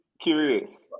Curious